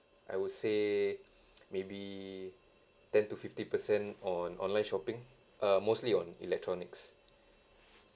I would say maybe ten to fifty percent on online shopping uh mostly on electronics